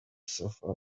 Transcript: sofa